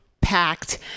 packed